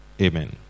Amen